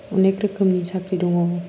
अनेख रोखोमनि साख्रि दङ